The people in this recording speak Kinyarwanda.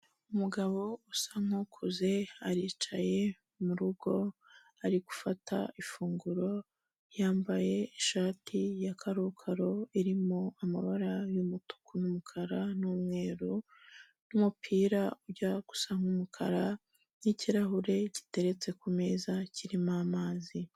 Umugabo usa nk'ukuze, aricaye mu rugo, ari gufata ifunguro, yambaye ishati ya kakaro irimo amabara y'umutuku n'umukara n'umweru n'umupira ujya gusa umukara n'ikirahure giteretse ku meza, kirimo amazi.